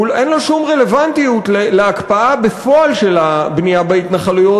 אין לו שום רלוונטיות להקפאה בפועל של הבנייה בהתנחלויות,